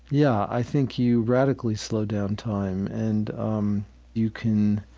yeah, i think you radically slow down time, and um you can